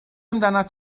amdanat